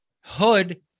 hood